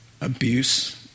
Abuse